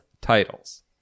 titles